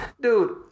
dude